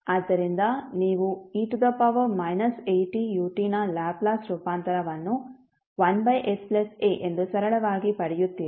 ಆದ್ದರಿಂದ ನೀವು e atutನ ಲ್ಯಾಪ್ಲೇಸ್ ರೂಪಾಂತರವನ್ನು 1saಎಂದು ಸರಳವಾಗಿ ಪಡೆಯುತ್ತೀರ